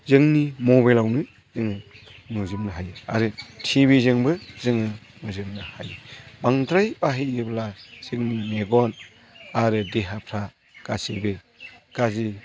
जोंनि मबाइलावनो जोङो नुजोबनो हायो आरो ति भि जोंबो जोङो नुजोबनो हायो बांद्राय बाहायोब्ला जोंनि मेगन आरो देहाफ्रा गासैबो गाज्रि